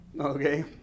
Okay